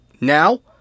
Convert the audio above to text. now